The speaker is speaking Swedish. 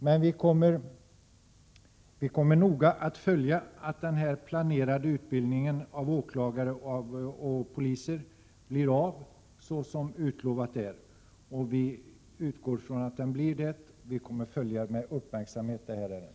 Men vi kommer att noga följa att den här planerade utbildningen av åklagare och poliser blir av, så som utlovat är. Vi utgår från att utbildningen blir av, och vi kommer att med uppmärksamhet följa ärendet.